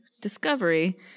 discovery